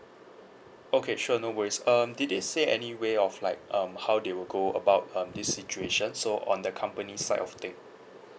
okay sure no worries um did they say any way of like um how they will go about um this situation so on the company's side of thing